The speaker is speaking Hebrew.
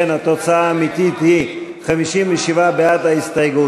לא עובד אצלי.